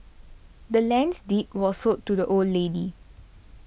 the land's deed was sold to the old lady